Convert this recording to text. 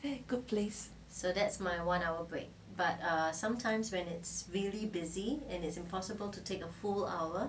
that is a good place